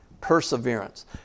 Perseverance